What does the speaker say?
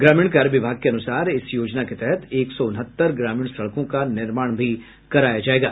ग्रामीण कार्य विभाग के अनुसार इस योजना के तहत एक सौ उनहत्तर ग्रामीण सड़कों का निर्माण भी कराया जाएगा